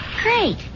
Great